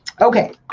okay